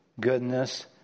goodness